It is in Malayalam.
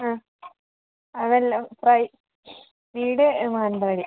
അ അതല്ല ഫ്രൈ വീട് മാനന്തവാടി